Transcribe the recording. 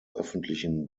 öffentlichen